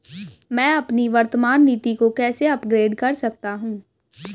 मैं अपनी वर्तमान नीति को कैसे अपग्रेड कर सकता हूँ?